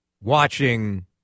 watching